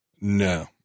No